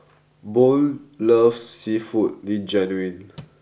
Boone loves Seafood Linguine